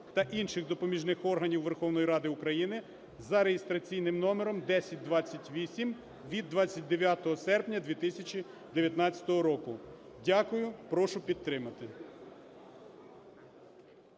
та інших допоміжних органів Верховної Ради України) (за реєстраційним номером 1028 від 29 серпня 2019 року). Дякую. Прошу підтримати.